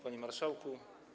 Panie Marszałku!